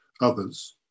others